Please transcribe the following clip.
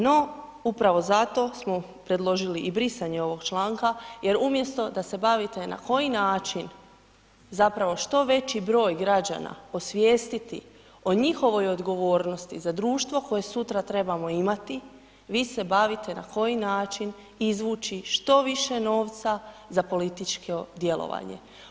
No, upravo zato smo predložili i brisanje ovog članka jer umjesto da se bavite na koji način zapravo što veći broj građana osvijestiti o njihovoj odgovornosti za društvo koje sutra trebamo imati, vi se bavite na koji način izvući što više novca za političko djelovanje.